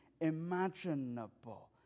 imaginable